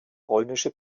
polnische